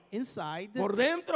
inside